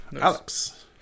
alex